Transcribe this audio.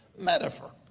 metaphor